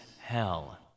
hell